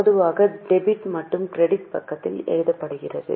பொதுவாக டெபிட் மற்றும் கிரெடிட் பக்கத்தில் எழுதப்படுகிறது